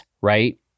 right